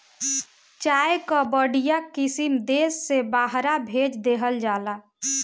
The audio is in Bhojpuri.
चाय कअ बढ़िया किसिम देस से बहरा भेज देहल जाला